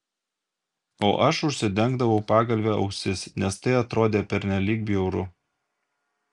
o aš užsidengdavau pagalve ausis nes tai atrodė pernelyg bjauru